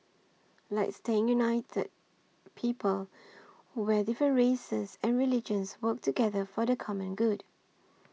like staying united people where different races and religions work together for the common good